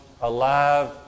alive